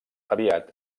aviat